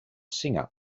singer